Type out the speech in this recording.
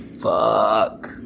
Fuck